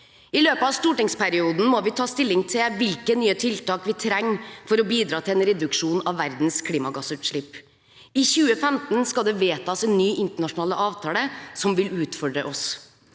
I løpet av stortingsperioden må vi ta stilling til hvilke nye tiltak vi trenger for å bidra til en reduksjon av verdens klimagassutslipp. I 2015 skal det vedtas en ny internasjonal avtale som vil utfordre oss.